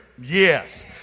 Yes